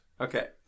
Okay